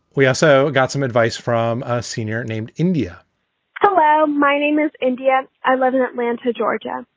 we also got some advice from a senior named india hello, my name is india. i live in atlanta, georgia.